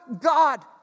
God